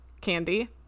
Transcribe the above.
candy